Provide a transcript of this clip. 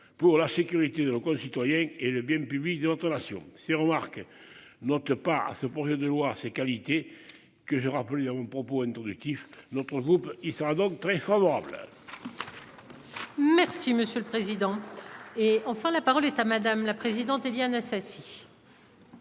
pour la sécurité de nos concitoyens et le bien public d'automation ces remarques note pas à ce projet de loi, ses qualités que je rappelé mon propos introductif notre groupe, il sera donc très favorable. Merci monsieur le président. Et enfin, la parole est à madame la présidente, Éliane Assassi.--